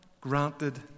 granted